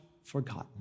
forgotten